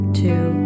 two